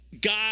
God